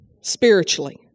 spiritually